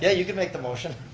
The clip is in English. yeah you can make the motion.